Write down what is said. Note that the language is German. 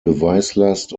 beweislast